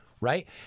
Right